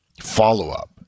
follow-up